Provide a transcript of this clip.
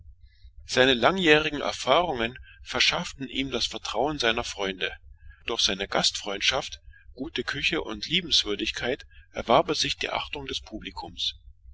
verlor langjährige erfahrungen erwarben ihm das vertrauen seiner genossen während sein gastfreies haus seine vorzügliche küche seine liebenswürdigkeit und heiterkeit ihm die achtung des publikums